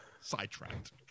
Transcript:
Sidetracked